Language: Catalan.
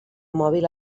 mòbil